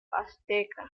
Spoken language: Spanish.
azteca